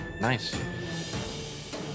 Nice